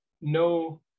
no